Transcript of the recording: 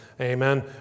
Amen